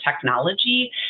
technology